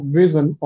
vision